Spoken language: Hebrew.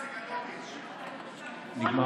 כשתסיים ועדת החקירה הממשלתית את עבודה